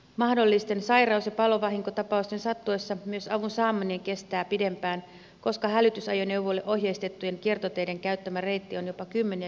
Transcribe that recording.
mahdollisten sairaus ja palovahinkotapausten sattuessa myös avun saaminen kestää pidempään koska hälytysajoneuvoille ohjeistettujen kiertoteiden käyttämä reitti on jopa kymmeniä kilometrejä pidempi